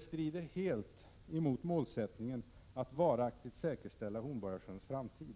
strider helt mot målsättningen att varaktigt säkerställa Hornborgasjöns framtid.